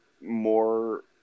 more